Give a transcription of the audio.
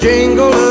Jingle